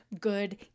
good